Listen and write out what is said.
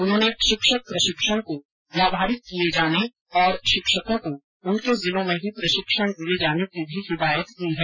उन्होंने शिक्षक प्रशिक्षण को व्यावहारिक किये जाने और शिक्षकों को उनके जिलों में ही प्रशिक्षण दिए जाने की भी हिदायत दी है